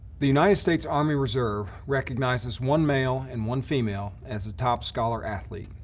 the united states army reserve recognizes one male and one female as a top scholar athlete.